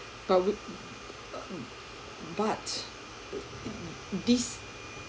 but we but this